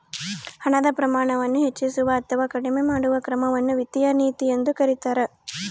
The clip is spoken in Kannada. ಹಣದ ಪ್ರಮಾಣವನ್ನು ಹೆಚ್ಚಿಸುವ ಅಥವಾ ಕಡಿಮೆ ಮಾಡುವ ಕ್ರಮವನ್ನು ವಿತ್ತೀಯ ನೀತಿ ಎಂದು ಕರೀತಾರ